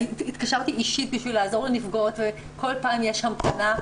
התקשרתי אישית כדי לעזור לנפגעות וכל פעם יש המתנה,